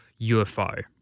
UFO